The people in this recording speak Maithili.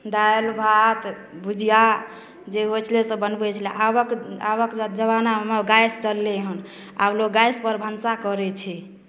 दालि भात भुजिया जे होइ छलय सभ बनबै छलय आबक आबक जमानामे गैस चललै हन आब लोक गैसपर भनसा करै छै